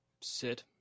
sit